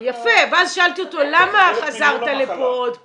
- ואז שאלתי אותו למה חזרת לפה עוד פעם?